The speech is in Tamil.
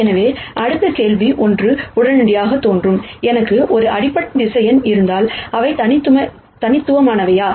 எனவே அடுத்த கேள்வி ஒன்று உடனடியாக தோன்றும் எனக்கு ஒரு அடிப்படை வெக்டர்ஸ் இருந்தால் அவை தனித்துவமானவையா